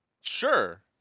Sure